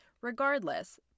Regardless